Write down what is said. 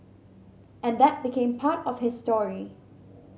and that became part of his story